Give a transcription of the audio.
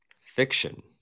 Fiction